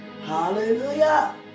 Hallelujah